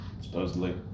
supposedly